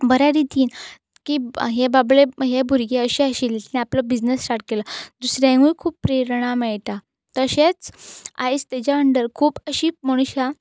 बरे रितीन की बाबडें हें भुरगें अशें आशिल्लें हेणें आपलो बिझनस स्टार्ट केलो दुसऱ्यांकूय खूब प्रेरणा मेळटा तशेंच आयज तेज्या अंडर खूब अशीं मनशां